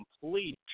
complete